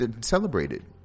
celebrated